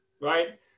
right